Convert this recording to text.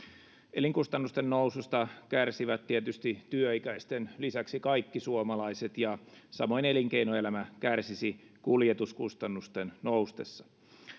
elinkustannusten noususta kärsivät tietysti työikäisten lisäksi kaikki suomalaiset ja samoin elinkeinoelämä kärsisi kuljetuskustannusten noustessa